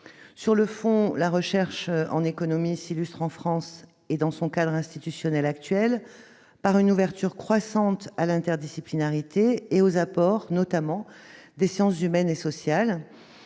Sur le fond, la recherche économique actuelle s'illustre en France et dans son cadre institutionnel actuel par une ouverture croissante à l'interdisciplinarité, notamment aux apports des sciences humaines et sociales.